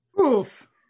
Oof